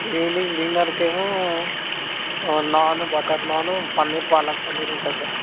evening డిన్నర్కి ఏమో naan butter naan paneer palak paneer ఉంటాయి సార్